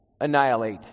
annihilate